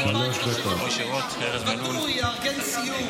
מקסימום הוא יארגן סיור.